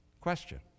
Question